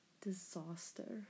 disaster